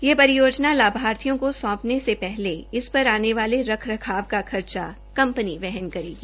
यह परियोजना लाभार्थियों को सौंपने से पहले इस पर आने वाला रख रखाव का खर्चा कंपनी देगी